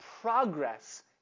progress